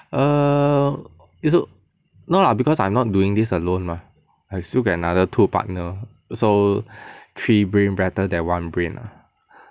err it's no lah because I'm not doing this alone mah I still got another two partner so three brain better than one brain lah